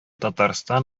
татарстан